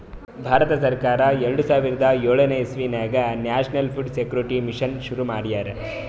ಭಾರತ ಸರ್ಕಾರ್ ಎರಡ ಸಾವಿರದ್ ಯೋಳನೆ ಇಸವಿದಾಗ್ ನ್ಯಾಷನಲ್ ಫುಡ್ ಸೆಕ್ಯೂರಿಟಿ ಮಿಷನ್ ಶುರು ಮಾಡ್ಯಾರ್